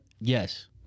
Yes